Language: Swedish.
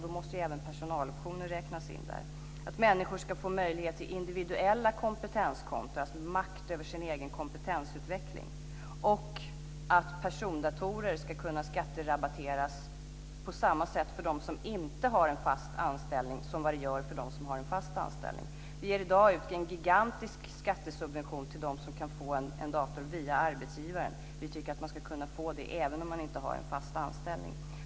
Då måste även personaloptioner räknas in. Människor ska få möjlighet till individuella kompetenskonton, makt över sin egen kompetensutveckling, och att persondatorer ska kunna skatterabatteras på samma sätt för dem som inte har en fast anställning som för dem som har en fast anställning. Vi ger i dag en gigantisk skattesubvention till dem som kan få en dator via arbetsgivaren. Vi tycker att man ska kunna få det även om man inte har en fast anställning.